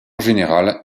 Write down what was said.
général